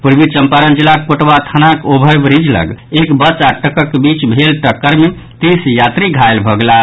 पूर्वी चम्पारण जिलाक कोटवा थानाक ओवर ब्रिज लऽग एक बस आ ट्रकक बीच भेल टक्कर मे तीस यात्री घायल भऽ गेलाह